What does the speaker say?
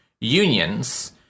unions